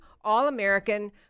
all-american